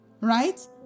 right